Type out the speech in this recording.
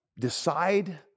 Decide